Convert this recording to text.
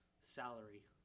salary